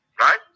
right